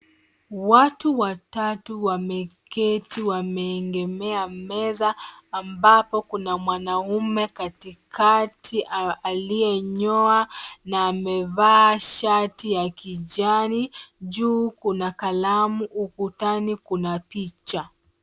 Watu watatu wameketi wameegemea meza ambapo kuna mwanaume katikati aliyenyoa na amevaa shati ya kijani. Juu kuna kalamu, ukutani kuna picha.